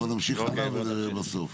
בואו נמשיך הלאה ונראה בסוף.